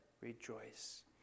rejoice